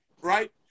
right